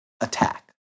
attack